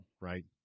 right